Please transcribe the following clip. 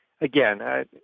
again